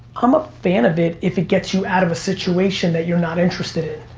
i'm a fan of it, if it gets you out of a situation that you're not interested in.